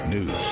News